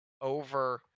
over